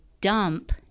dump